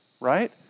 Right